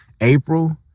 April